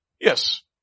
Yes